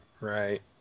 Right